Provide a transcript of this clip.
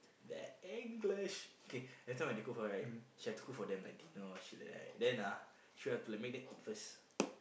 that English okay every time when they cook for her right she have to cook for them like dinner or like shit right then ah she has to let them eat first